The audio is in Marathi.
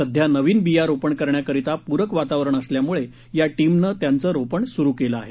सध्या नवीन बिया रोपण करण्याकरीता पुरक वातावरण असल्यामुळे या टीमनं त्यांचं रोपण सुरू केलं आहे